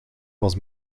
was